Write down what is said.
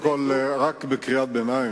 קודם כול רק בקריאת ביניים,